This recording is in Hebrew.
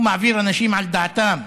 הוא מעביר אנשים על דעתם.